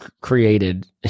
created